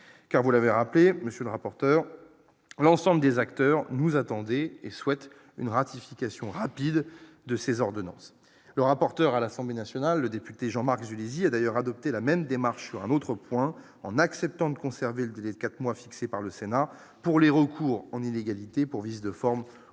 car vous l'avez rappelé monsieur le rapporteur, l'ensemble des acteurs nous attendez et souhaite une ratification rapide de ces ordonnances le rapporteur à l'Assemblée nationale, le député Jean-Marc Tunisie a d'ailleurs adopté la même démarche sur un autre point en acceptant de conserver le délai de 4 mois fixé par le Sénat pour les recours en illégalité pour vice de forme